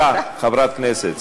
סליחה, חברת כנסת.